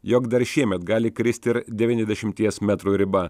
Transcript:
jog dar šiemet gali kristi ir devyniasdešimties metrų riba